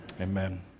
amen